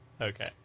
Okay